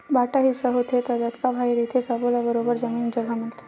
बांटा हिस्सा होथे त जतका भाई रहिथे सब्बो ल बरोबर जमीन जघा मिलथे